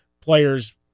players